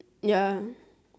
ya